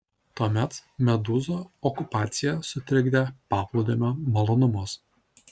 tuomet medūzų okupacija sutrikdė paplūdimio malonumus